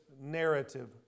narrative